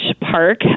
Park